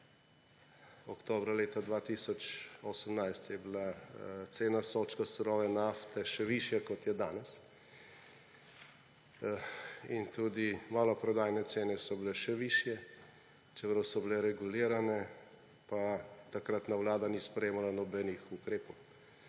Oktobra leta 2018 je bila cena sodčkov surove nafte še višja, kot je danes, in tudi maloprodajne cene so bile še višje, čeprav so bile regulirane, pa takratna vlada ni sprejemala nobenih ukrepov.